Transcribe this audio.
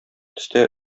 төстә